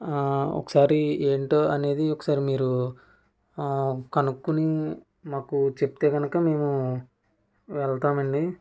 ఒకసారి ఏంటో అనేది ఒకసారి మీరు కనుకొని మాకు చెప్తే కనుక మేము వెళ్తామండీ